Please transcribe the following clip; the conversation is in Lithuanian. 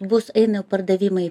bus eina pardavimai į